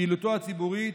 פעילותו הציבורית,